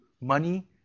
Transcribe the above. money